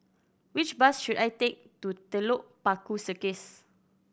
which bus should I take to Telok Paku Circus